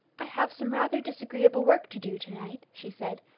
i have some rather disagreeable work to do to-night, she said,